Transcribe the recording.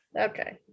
Okay